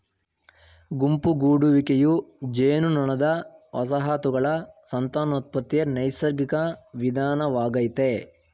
ಗುಂಪು ಗೂಡುವಿಕೆಯು ಜೇನುನೊಣದ ವಸಾಹತುಗಳ ಸಂತಾನೋತ್ಪತ್ತಿಯ ನೈಸರ್ಗಿಕ ವಿಧಾನವಾಗಯ್ತೆ